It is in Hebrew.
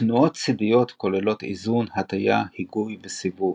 תנועות צידיות כוללות איזון, הטיה, היגוי וסיבוב.